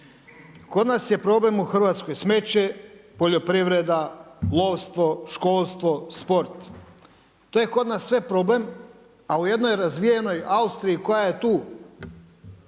Kod nas je problem u Hrvatskoj smeće, poljoprivreda, lovstvo, školstvo, sport, to je kod nas sve problem, a u jednoj razvijenoj Austriji koja je tu